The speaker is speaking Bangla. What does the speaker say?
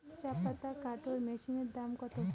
চাপাতা কাটর মেশিনের দাম কত?